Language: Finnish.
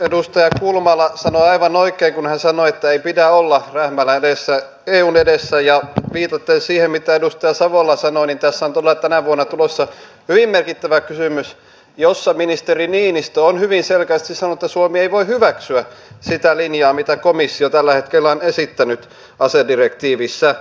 edustaja kulmala sanoi aivan oikein kun hän sanoi että ei pidä olla rähmällään eun edessä ja viitaten siihen mitä edustaja savola sanoi niin tässä on todella tänä vuonna tulossa hyvin merkittävä kysymys jossa ministeri niinistö on hyvin selkeästi sanonut että suomi ei voi hyväksyä sitä linjaa mitä komissio tällä hetkellä on esittänyt asedirektiivissä